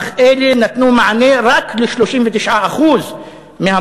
אך אלה נתנו מענה רק ל-39% מהמחסור.